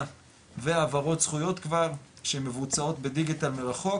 והעברות זכויות כבר שמבוצעות בדיגיטל מרחוק,